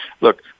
look